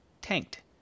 tanked